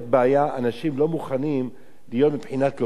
אנשים לא מוכנים להיות בבחינת לוקה ומשלם,